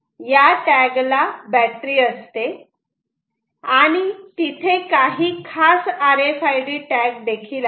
या टॅग ला बॅटरी असते आणि तिथे काही खास R F I D tag देखील आहेत